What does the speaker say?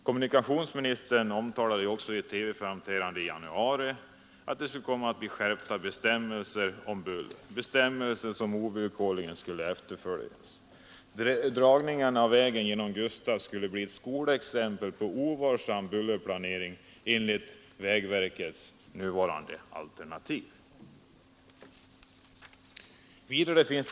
Kommunikationsministern omtalade under ett TV-framträdande i januari att det kommer att bli skärpta bestämmelser om buller, vilka ovillkorligen skulle efterföljas. Dragningen av vägen genom Gustafs enligt vägverkets nuvarande alternativ skulle bli ett skolexempel på ovarsam bullerplanering.